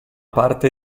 parte